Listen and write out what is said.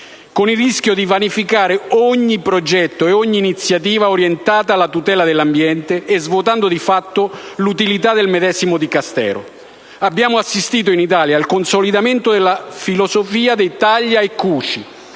con il rischio di vanificare ogni progetto o iniziativa orientata alla tutela dell'ambiente e svuotando di fatto l'utilità del medesimo Dicastero. Abbiamo assistito in Italia al consolidamento della filosofia del «taglia e cuci»,